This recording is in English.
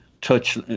touch